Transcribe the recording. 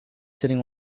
sitting